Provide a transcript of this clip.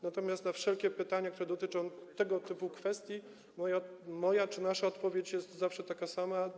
Natomiast na wszelkie pytania, które dotyczą tego typu kwestii, moja czy nasza odpowiedź jest zawsze taka sama.